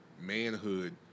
manhood